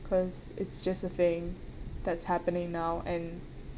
because it's just a thing that's happening now and